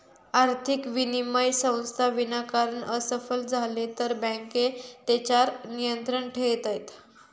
आर्थिक विनिमय संस्था विनाकारण असफल झाले तर बँके तेच्यार नियंत्रण ठेयतत